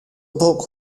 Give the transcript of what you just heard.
book